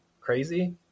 crazy